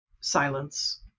Silence